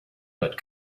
but